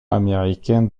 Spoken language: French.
américaine